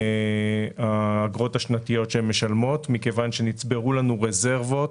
אחוזים מהאגרות השנתיות שהם משלמים מכיוון שנצברו לנו רזרבות